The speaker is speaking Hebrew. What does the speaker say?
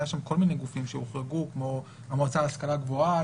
היו שם כל מיני גופים שהוחרגו כמו המועצה להשכלה גבוהה,